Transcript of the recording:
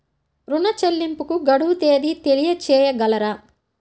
ఋణ చెల్లింపుకు గడువు తేదీ తెలియచేయగలరా?